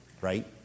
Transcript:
right